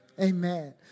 amen